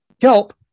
kelp